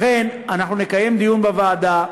לכן, אנחנו נקיים דיון בוועדה.